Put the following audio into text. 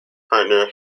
partner